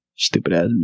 Stupid-ass